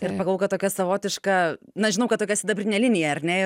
ir pagalvojau kad tokia savotiška na žinau kad tokia sidabrinė linija ar ne ir